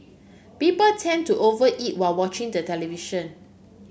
people tend to over eat while watching the television